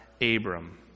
Abram